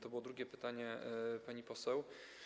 To było drugie pytanie pani poseł.